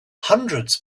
hundreds